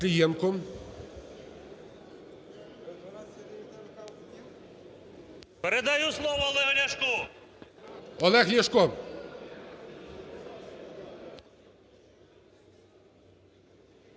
Передаю слово Олегу Ляшку.